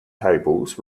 tables